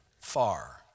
far